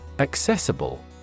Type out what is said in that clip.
Accessible